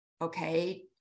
okay